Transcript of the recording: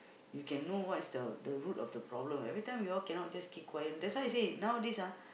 you can know what is the the root of the problem everytime we all cannot just keep quiet that's why I say nowadays ah